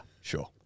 sure